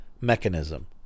mechanism